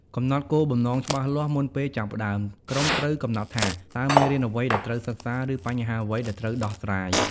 កំណត់គោលបំណងច្បាស់លាស់ មុនពេលចាប់ផ្តើម ក្រុមត្រូវកំណត់ថា តើមេរៀនអ្វីដែលត្រូវសិក្សា ឬបញ្ហាអ្វីដែលត្រូវដោះស្រាយ។